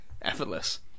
Effortless